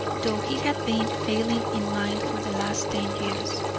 though he had been failing in mind for the last ten years.